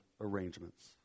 arrangements